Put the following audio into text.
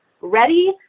ready